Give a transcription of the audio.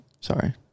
Sorry